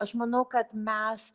aš manau kad mes